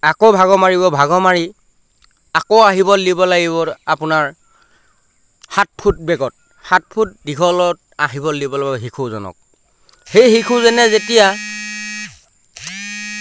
আকৌ ভাগৰ মাৰিব ভাগৰ মাৰি আকৌ আহিবলৈ দিব লাগিব আপোনাৰ সাত ফুট বেগত সাত ফুট দীঘলত আহিব দিব লাগিব শিশুজনক সেই শিশুজনে যেতিয়া